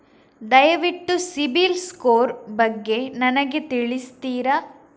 ದಯವಿಟ್ಟು CIBIL score ಬಗ್ಗೆ ನನಗೆ ತಿಳಿಸ್ತಿರಾ?